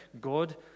God